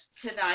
tonight